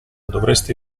dovresti